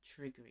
triggering